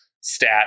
stat